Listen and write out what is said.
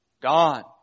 Gone